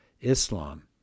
Islam